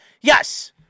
yes